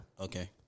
Okay